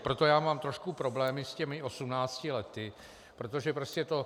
Proto já mám trošku problémy s těmi osmnácti lety, protože to...